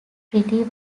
petri